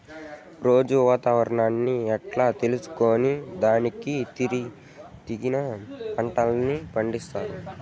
రోజూ వాతావరణాన్ని ఎట్లా తెలుసుకొని దానికి తగిన పంటలని పండిస్తారు?